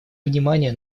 внимание